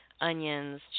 Onions